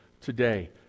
today